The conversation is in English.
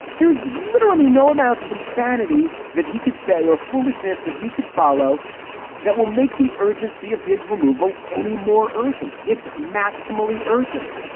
there was literally no amount of insanity that he could say or foolishness that he could follow that will make the urgency of his removal any more urgent. it's maximally urgent.